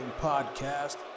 podcast